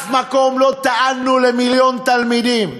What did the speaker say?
בשום מקום לא טענו למיליון תלמידים,